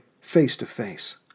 face-to-face